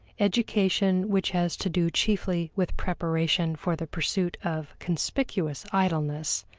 education which has to do chiefly with preparation for the pursuit of conspicuous idleness,